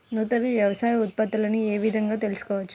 నూతన వ్యవసాయ ఉత్పత్తులను ఏ విధంగా తెలుసుకోవచ్చు?